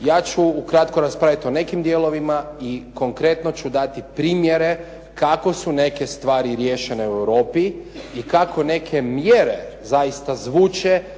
Ja ću ukratko raspraviti o nekim dijelovima i konkretno ću dati primjere kako su neke stvari riješene u Europi i kako neke mjere zaista zvuče